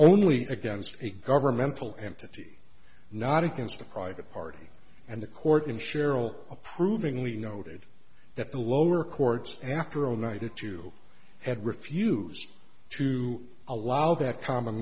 only against a governmental entity not against a private party and the court in cheryl approvingly noted that the lower courts after a night or two had refused to allow that common